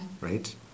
right